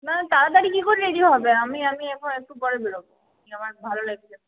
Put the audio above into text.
না না তাড়াতাড়ি কী করে রেডি হবে আমি আমি এখন একটু পরে বেরোব আমার ভালো লাগছে না